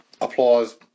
Applause